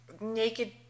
naked